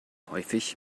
häufig